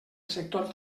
sector